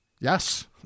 yes